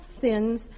sins